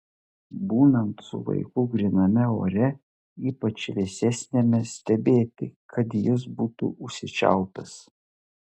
būnant su vaiku gryname ore ypač vėsesniame stebėti kad jis būtų užsičiaupęs